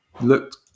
looked